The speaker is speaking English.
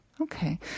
Okay